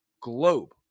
globe